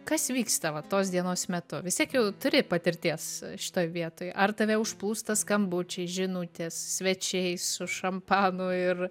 kas vyksta va tos dienos metu vis tiek jau turi patirties šitoj vietoj ar tave užplūsta skambučiai žinutės svečiai su šampanu ir